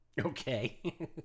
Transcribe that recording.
Okay